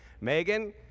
Megan